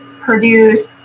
produce